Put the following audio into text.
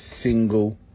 single